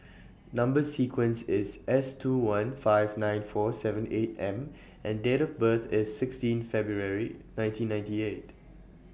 Number sequence IS S two one five nine four seven eight M and Date of birth IS sixteen February nineteen ninety eight